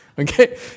Okay